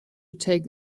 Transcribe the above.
take